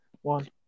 one